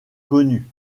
connu